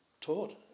taught